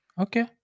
Okay